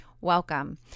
Welcome